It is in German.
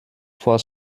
vor